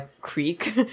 creek